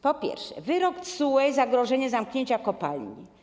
Po pierwsze, wyrok TSUE i zagrożenie zamknięciem kopalni.